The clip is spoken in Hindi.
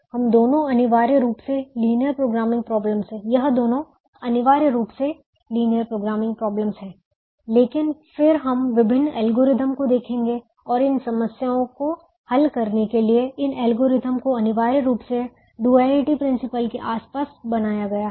यह दोनों अनिवार्य रूप से लिनियर प्रोग्रामिंग प्रॉब्लम्स हैं लेकिन फिर हम विभिन्न एल्गोरिदम को देखेंगे और इन समस्याओं को हल करने के लिए इन एल्गोरिदम को अनिवार्य रूप से डुअलिटी प्रिंसिपल के आसपास बनाया गया है